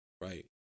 right